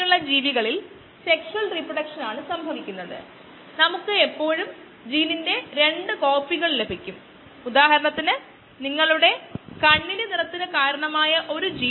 lag ഫേസിൽ mu 0 ആണ് dxdt 0 ആണെന്ന് നമുക്കറിയാം കോശങ്ങളുടെ സാന്ദ്രതയിൽ മാറ്റമില്ല